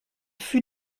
fut